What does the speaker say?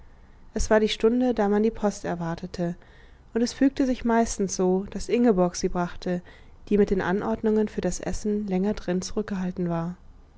es war die stunde da man die post erwartete und es fügte sich meistens so daß ingeborg sie brachte die mit den anordnungen für das essen länger drin zurückgehalten war